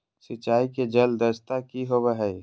सिंचाई के जल दक्षता कि होवय हैय?